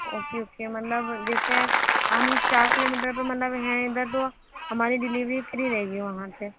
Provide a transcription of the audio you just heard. okay okay مطلب جیسے ہم چار کلو میٹر پہ مطلب ہیں ادھر تو ہماری ڈلیوری فری رہے گی وہاں سے